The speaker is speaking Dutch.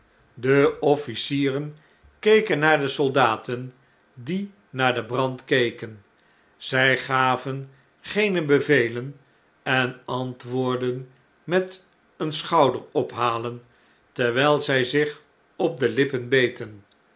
de offlcieren keken naar de soldaten die naar den brand keken ztf gaven geene bevelen en antwpordden met een schouderophalen terwnl zn zich op de lippen beten